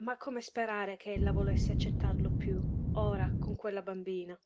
ma come sperare che ella volesse accettarlo piú ora con quella bambina